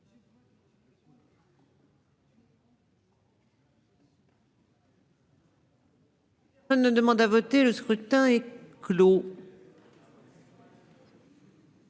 On ne demande à voter le scrutin est clos.